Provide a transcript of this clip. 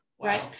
right